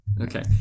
Okay